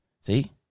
See